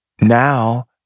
now